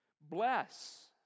Bless